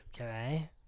Okay